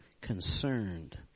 concerned